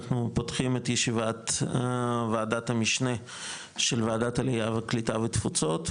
אנחנו פותחים את ישיבת וועדת המשנה של וועדת עלייה קליטה ותפוצות,